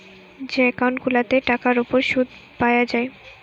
যে একউন্ট গুলাতে টাকার উপর শুদ পায়া যায়